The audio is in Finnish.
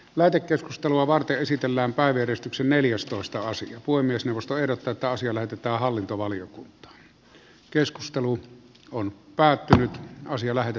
lähetekeskustelua varten esitellään päiväjärjestyksen neljästoista sija voi myös nostaa puhemiesneuvosto ehdottaa että asia lähetä